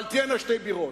אבל תהיינה שתי בירות.